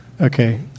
Okay